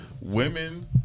women